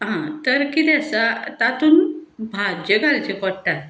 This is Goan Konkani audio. आं तर किदें आसा तातून भाज्यो घालच्यो पडटा